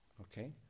Okay